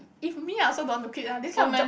if me I also don't want to quit lah this kind of job